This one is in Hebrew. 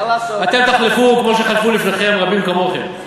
בסדר, אתם תחלפו כמו שחלפו רבים כמוכם.